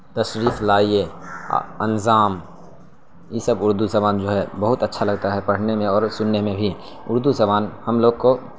تشریف لائیے انجام یہ سب اردو زبان جو ہے بہت اچھا لگتا ہے پڑھنے میں اور سننے میں بھی اردو زبان ہم لوگ کو